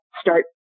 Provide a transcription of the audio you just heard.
start